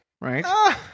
right